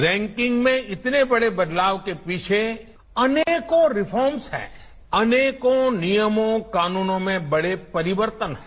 ranking में इतने बड़े बदलाव के पीछे अनेकों रिफार्मस हैं अनेकों नियमों कानूनों में बड़े परिवर्तन हैं